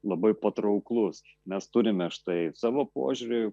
labai patrauklus mes turime štai savo požiūrį